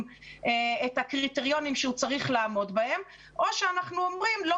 את הקריטריונים שהוא צריך לעמוד בהם או שאנחנו אומרים שלא